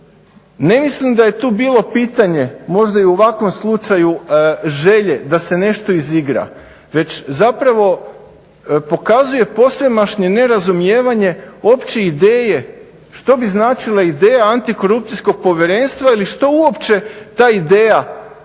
Ne mislim da je tu bilo pitanje, možda i u ovakvom slučaju želje da se nešto izigra već zapravo pokazuje posvemašni nerazumijevanje opće ideje što bi značila ideja antikorupcijskog povjerenstva ili što uopće ta ideja